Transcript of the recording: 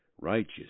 Righteous